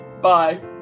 Bye